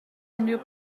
unrhyw